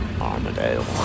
Armadale